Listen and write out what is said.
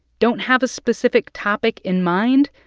don't have a specific topic in mind?